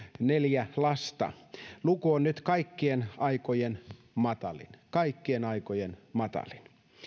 neljä lasta luku on nyt kaikkien aikojen matalin kaikkien aikojen matalin